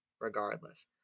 regardless